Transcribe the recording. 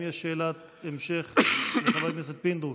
האם יש שאלת המשך לחבר הכנסת פינדרוס?